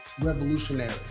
revolutionary